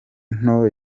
nto